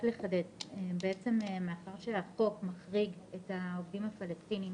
החוק מחריג את העובדים הפלסטינים